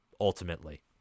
ultimately